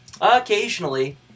Occasionally